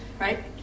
right